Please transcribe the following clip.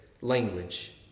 language